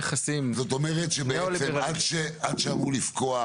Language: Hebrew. -- עד שהדבר הזה אמור לפקוע